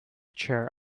chair